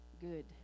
good